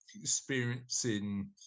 experiencing